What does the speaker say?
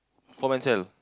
four man cell